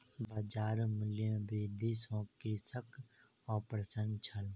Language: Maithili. बजार मूल्य में वृद्धि सॅ कृषक अप्रसन्न छल